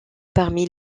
parmi